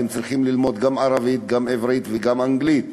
הם צריכים ללמוד גם ערבית, גם עברית וגם אנגלית.